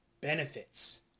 benefits